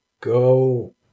go